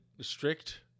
strict